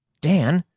dan!